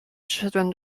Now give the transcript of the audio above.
przeszedłem